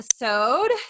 episode